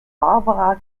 barbara